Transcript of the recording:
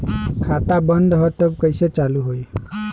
खाता बंद ह तब कईसे चालू होई?